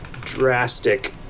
drastic